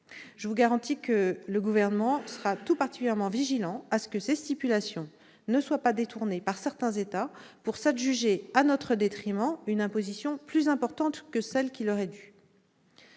Je vous garantis que le Gouvernement sera tout particulièrement vigilant à ce que ces stipulations ne soient pas détournées par certains États pour s'adjuger, à notre détriment, une imposition plus importante que celle qui leur est due.